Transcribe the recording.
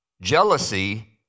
Jealousy